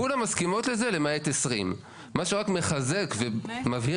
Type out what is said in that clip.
כולן מסכימות לזה למעט 20. מה שרק מחזק ומבהיר